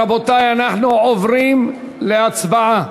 רבותי, אנחנו עוברים להצבעה